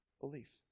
Belief